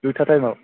दुइथा टाइमआव